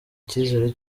ikizere